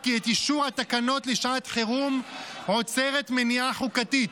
כי את אישור התקנות לשעת חירום עוצרת מניעה חוקתית,